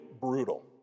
brutal